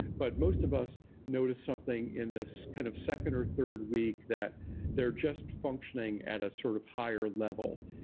but most of us notice something in this kind of second or third week that they're just functioning at a sort of higher level.